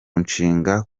nshinga